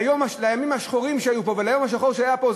בימים השחורים שהיו פה וביום השחור שהיה פה,